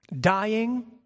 Dying